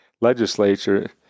legislature